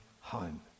home